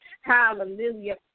Hallelujah